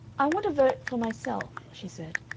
i want a vote for myself, she said.